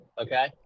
Okay